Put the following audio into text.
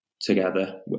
together